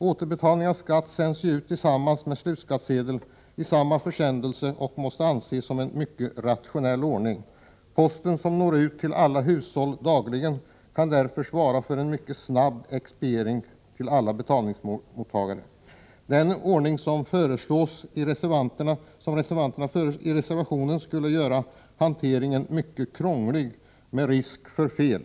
Återbetalningen av skatt sänds ut tillsammans med slutskattsedeln i samma försändelse, och det måste anses vara en mycket rationell ordning. Posten, som når ut till alla hushåll dagligen, kan därför svara för en mycket snabb expediering till alla betalningsmottagare. Den ordning som föreslås i reservationen skulle göra hanteringen mycket krånglig med risk för fel.